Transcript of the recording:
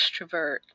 extrovert